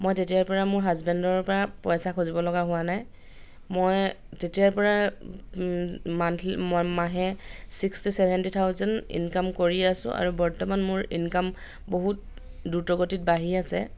মই তেতিয়াৰ পৰা মোৰ হাজবেণ্ডৰ পৰা পইচা খুজিব লগা হোৱা নাই মই তেতিয়াৰ পৰা মান্থলি মই মাহে ছিক্সটি ছেভেণ্টি থাউজেণ্ড ইনকাম কৰি আছোঁ আৰু বৰ্তমান মোৰ ইনকাম বহুত দ্ৰুতগতিত বাঢ়ি আছে